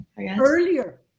earlier